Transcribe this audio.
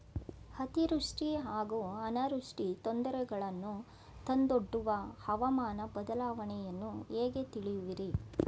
ಅತಿವೃಷ್ಟಿ ಹಾಗೂ ಅನಾವೃಷ್ಟಿ ತೊಂದರೆಗಳನ್ನು ತಂದೊಡ್ಡುವ ಹವಾಮಾನ ಬದಲಾವಣೆಯನ್ನು ಹೇಗೆ ತಿಳಿಯುವಿರಿ?